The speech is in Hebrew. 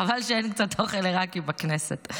חבל שאין קצת אוכל עיראקי בכנסת.